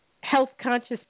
health-conscious